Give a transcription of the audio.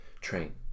train